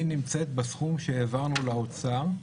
היא נמצאת בסכום שהעברנו לאוצר.